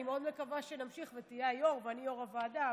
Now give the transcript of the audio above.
אני מאוד מקווה שנמשיך ותהיה היו"ר ואני יו"ר הוועדה,